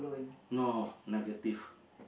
no negative